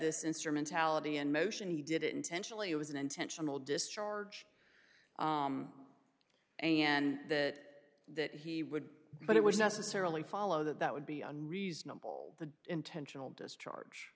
instrumentality in motion he did it intentionally it was an intentional discharge and that that he would but it was necessarily follow that that would be unreasonable the intentional discharge